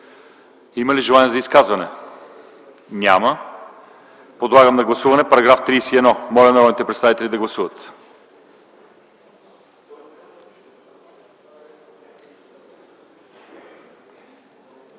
Има ли желаещи за изказвания? Няма. Подлагам на гласуване § 43. Моля народните представители да гласуват.